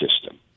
system